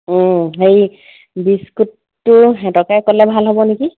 অঁ হেৰি বিস্কুটটো সিহঁতকে ক'লে ভাল হ'ব নেকি